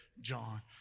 John